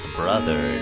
brother